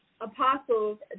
apostles